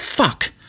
Fuck